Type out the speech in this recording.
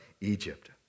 Egypt